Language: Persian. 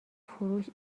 فروش